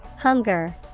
Hunger